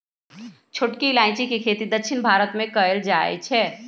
छोटकी इलाइजी के खेती दक्षिण भारत मे कएल जाए छै